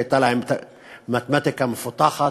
הייתה להם מתמטיקה מפותחת,